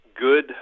good